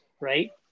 Right